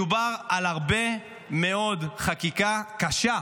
מדובר על הרבה מאוד חקיקה קשה,